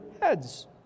heads